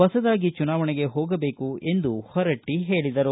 ಹೊಸದಾಗಿ ಚುನಾವಣೆಗೆ ಹೋಗಬೇಕು ಎಂದು ಹೊರಟ್ಟ ಹೇಳಿದರು